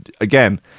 again